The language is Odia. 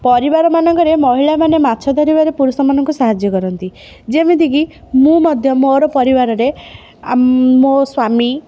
ପରିବାରମାନଙ୍କରେ ମହିଳାମାନେ ମାଛ ଧରିବାରେ ପୁରୁଷମାନଙ୍କୁ ସାହାଯ୍ୟ କରନ୍ତି ଯେମିତି କି ମୁଁ ମଧ୍ୟ ମୋର ପରିବାରରେ ଆମ ମୋ ସ୍ୱାମୀ